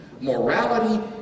Morality